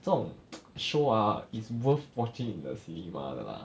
这种 show ah is worth watching in the cinema 的 lah